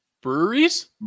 Breweries